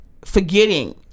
forgetting